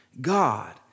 God